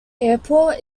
airport